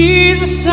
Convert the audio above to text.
Jesus